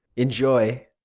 enjoy!